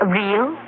real